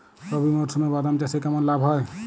রবি মরশুমে বাদাম চাষে কেমন লাভ হয়?